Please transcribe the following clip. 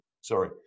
sorry